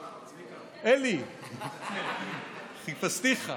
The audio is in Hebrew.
אלי, חיפשתיך.